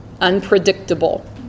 unpredictable